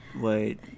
wait